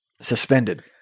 suspended